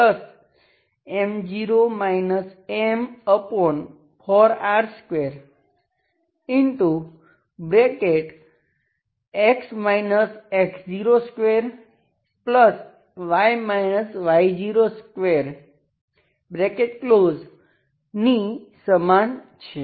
તો તે vxyuxyM0 M4R2x x02y y02 ની સમાન છે